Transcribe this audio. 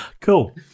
cool